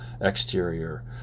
exterior